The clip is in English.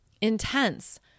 intense